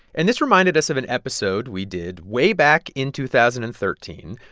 and this reminded us of an episode we did way back in two thousand and thirteen.